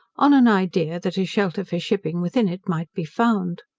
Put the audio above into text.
on an idea that a shelter for shipping within it might be found.